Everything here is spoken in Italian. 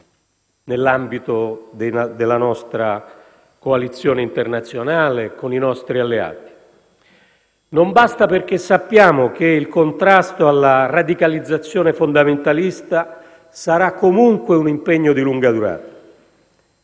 nell'ambito della nostra coalizione internazionale e con i nostri alleati. Non basta perché sappiamo che il contrasto alla radicalizzazione fondamentalista sarà comunque un impegno di lunga durata.